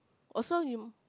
also you